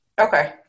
Okay